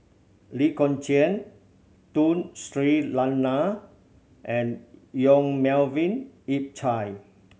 Lee Kong Chian Tun Sri Lanang and Yong Melvin Yik Chye